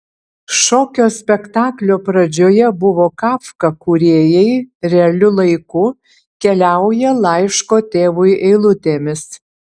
šokio spektaklio pradžioje buvo kafka kūrėjai realiu laiku keliauja laiško tėvui eilutėmis